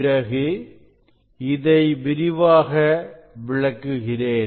பிறகு இதை விரிவாக விளக்குகிறேன்